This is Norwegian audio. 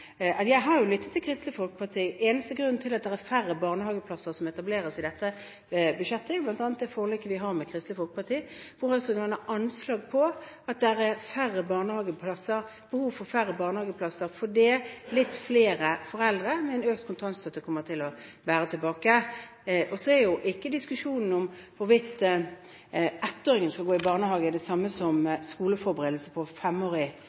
er færre barnehageplasser som etableres i forbindelse med dette budsjettet, er det forliket vi har med Kristelig Folkeparti. Anslaget er at det er behov for færre barnehageplasser, for med økt kontantstøtte kommer litt flere foreldre til å være hjemme med barnet. Så er jo ikke diskusjonen om hvorvidt ettåringen skal gå i barnehage, det samme som